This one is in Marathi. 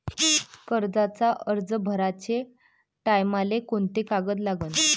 कर्जाचा अर्ज भराचे टायमाले कोंते कागद लागन?